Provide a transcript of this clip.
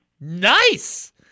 Nice